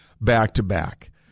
back-to-back